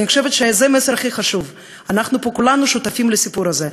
אני חושבת שזה המסר הכי חשוב: כולנו שותפים לסיפור הזה.